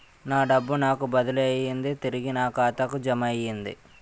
నా డబ్బు నాకు బదిలీ అయ్యింది తిరిగి నా ఖాతాకు జమయ్యింది